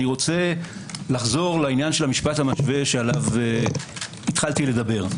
אני רוצה לחזור לעניין המשפט המשווה שעליו התחלתי לדבר.